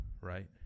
Right